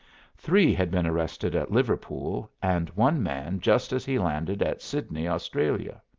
three had been arrested at liverpool, and one man just as he landed at sydney, australia.